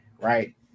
right